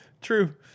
True